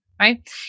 right